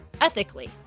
ethically